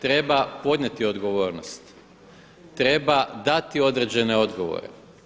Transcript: Treba podnijeti odgovornost, treba dati određene odgovore.